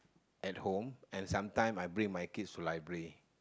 at home and sometime I bring my kid to library